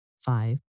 five